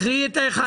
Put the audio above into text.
תקריאי את ה-11.